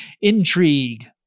intrigue